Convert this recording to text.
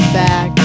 back